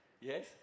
Yes